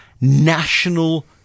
National